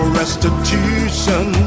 restitution